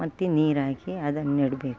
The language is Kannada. ಮತ್ತೆ ನೀರಾಕಿ ಅದನ್ನು ನೆಡಬೇಕು